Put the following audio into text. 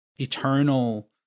eternal